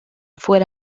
fuera